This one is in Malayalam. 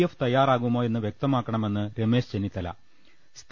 എഫ് തയാറാകുമോ യെന്ന് വ്യക്തമാക്കണമെന്ന് രമേശ് ചെന്നിത്തല്